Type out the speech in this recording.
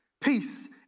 peace